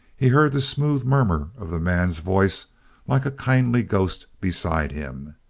he heard the smooth murmur of the man's voice like a kindly ghost beside him.